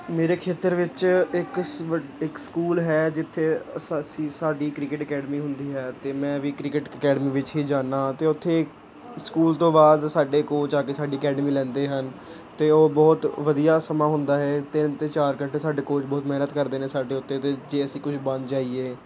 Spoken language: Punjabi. ਮੇਰੇ ਖੇਤਰ ਵਿੱਚ ਇੱਕ ਸਵ ਇੱਕ ਸਕੂਲ ਹੈ ਜਿੱਥੇ ਅਸੀਂ ਸ ਸਾਡੀ ਕ੍ਰਿਕੇਟ ਅਕੈਡਮੀ ਹੁੰਦੀ ਹੈ ਤੇ ਮੈਂ ਵੀ ਕ੍ਰਿਕਟ ਅਕੈਡਮੀ ਵਿੱਚ ਹੀ ਜਾਂਦਾ ਹਾਂ ਅਤੇ ਉੱਥੇ ਸਕੂਲ ਤੋਂ ਬਾਅਦ ਸਾਡੇ ਕੋਚ ਆ ਕੇ ਸਾਡੀ ਅਕੈਡਮੀ ਲੈਂਦੇ ਹਨ ਅਤੇ ਉਹ ਬਹੁਤ ਵਧੀਆ ਸਮਾਂ ਹੁੰਦਾ ਹੈ ਤਿੰਨ ਤੋਂ ਚਾਰ ਘੰਟੇ ਸਾਡੇ ਕੋਚ ਬਹੁਤ ਮਿਹਨਤ ਕਰਦੇ ਨੇ ਸਾਡੇ ਉੱਤੇ ਅਤੇ ਜੇ ਅਸੀਂ ਕੁਛ ਬਣ ਜਾਈਏ